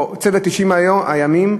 או צוות 90 הימים,